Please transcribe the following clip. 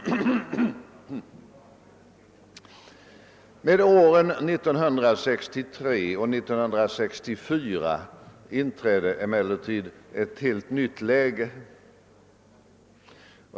Med åren 1963 och 1964 inträdde emellertid ett helt nytt läge.